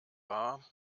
war